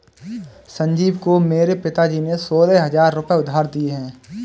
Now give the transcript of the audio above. संजीव को मेरे पिताजी ने सोलह हजार रुपए उधार दिए हैं